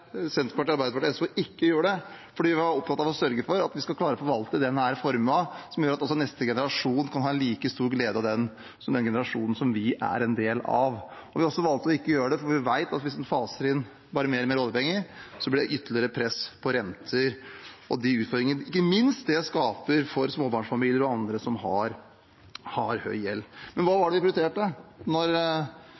fordi vi var opptatt av å sørge for at vi skulle klare å forvalte denne formuen på en måte som gjør at også neste generasjon kan ha like stor glede av den som den generasjonen som vi er en del av. Vi har også valgt å ikke gjøre det fordi vi vet at hvis man faser inn bare mer og mer oljepenger, blir det ytterligere press på renter, og det skaper utfordringer ikke minst for småbarnsfamilier og andre som har høy gjeld. Men hva var